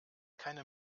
keine